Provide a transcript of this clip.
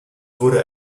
wurde